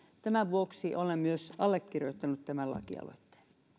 tämän vuoksi olen myös allekirjoittanut tämän lakialoitteen